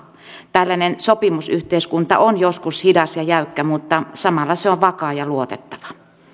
tällainen sopimusyhteiskunta on joskus hidas ja jäykkä mutta samalla se on vakaa ja luotettava